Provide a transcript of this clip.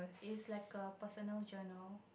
is like a personal journal